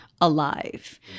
alive